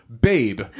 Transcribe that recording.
babe